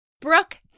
Brooke